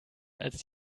als